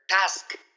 task